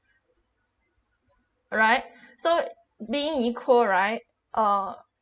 alright so being equal right uh